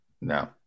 No